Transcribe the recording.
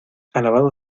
alabado